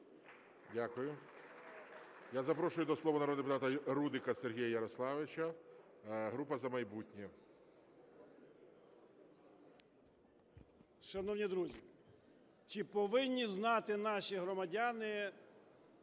Дякую. Я запрошую до слова народного депутата Рудика Сергія Ярославовича, група "За майбутнє". 13:58:49 РУДИК С.Я. Шановні друзі, чи повинні знати наші громадяни